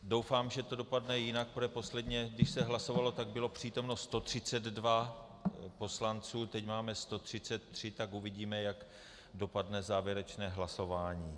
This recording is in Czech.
Doufám, že to dopadne jinak, protože když se hlasovalo posledně, bylo přítomno 132 poslanců, teď máme 133, tak uvidíme, jak dopadne závěrečné hlasování.